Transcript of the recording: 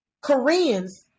Koreans